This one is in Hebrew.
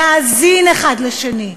להאזין האחד לשני,